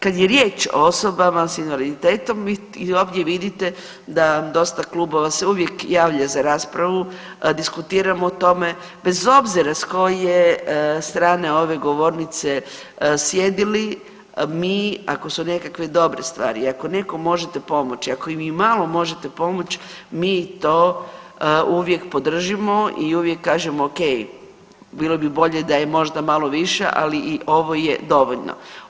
Kad je riječ o osobama s invaliditetom vi i ovdje vidite da dosta klubova se uvijek javlja za raspravu, diskutiramo o tome bez obzira s koje strane ove govornice sjedili mi ako su nekakve dobre stvari i ako nekom možete pomoći, ako im i malo možete pomoći mi to uvijek podržimo i uvijek kažemo ok bilo bi bolje da je možda malo više ali i ovo je dovoljno.